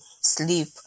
sleep